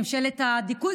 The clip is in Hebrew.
ממשלת הדיכוי,